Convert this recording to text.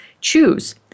choose